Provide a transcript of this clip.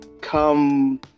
come